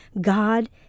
God